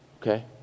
Okay